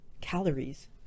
calories